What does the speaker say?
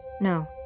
No